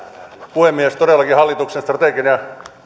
puhemies todellakin hallituksen strateginen